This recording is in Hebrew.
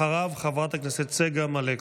אחריו, חברת הכנסת צגה מלקו.